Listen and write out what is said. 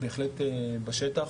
בהחלט ניכרים בשטח,